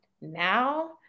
now